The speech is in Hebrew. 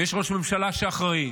ויש ראש ממשלה שאחראי,